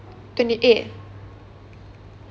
twenty eight